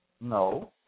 No